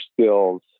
skills